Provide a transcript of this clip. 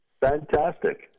Fantastic